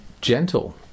gentle